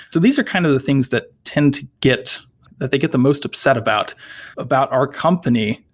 so these are kind of the things that tend get that they get the most upset about about our company,